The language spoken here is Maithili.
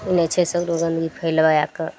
ई नहि छै सगरो गन्दगी फैलाए कऽ